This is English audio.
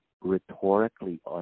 rhetorically